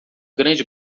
grande